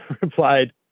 replied